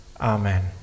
Amen